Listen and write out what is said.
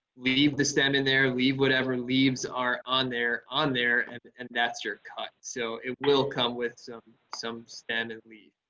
leave the stem in there, leave whatever leaves are on there, on there and and that's your cut. so it will come with some some stem and leaf